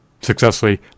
successfully